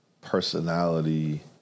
personality